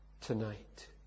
tonight